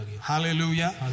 Hallelujah